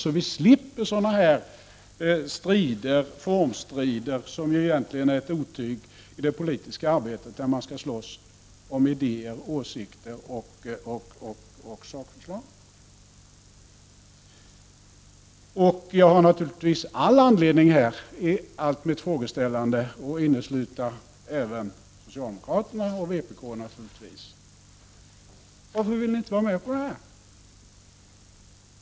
Därigenom slipper vi sådana här formstrider, som egentligen är ett otyg i det politiska arbetet, där man skall slåss om idéer, åsikter och sakförslag. Jag har naturligtvis all anledning att i mitt frågeställande här innesluta även socialdemokraterna och vpk. Varför vill ni inte vara med på det här?